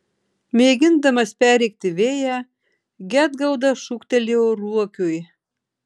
mėgindamas perrėkti vėją gedgaudas šūktelėjo ruokiui